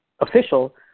official